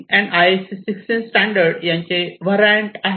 16 आणि IEC standard यांचे variant आहे